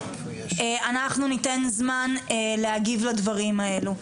אנחנו ניתן זמן להגיב לדברים האלו.